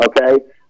okay